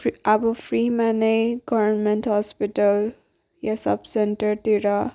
free अब फ्रीमा नै गभर्नमेन्ट हस्पिटल यो सब सेन्टरतिर